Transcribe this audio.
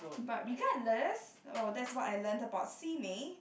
but regardless about that's what I learnt about Simei